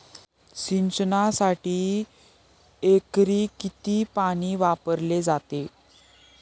सिंचनासाठी एकरी किती पाणी वापरले जाते?